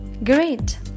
Great